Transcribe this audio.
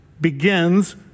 begins